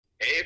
Hey